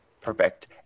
Perfect